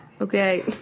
okay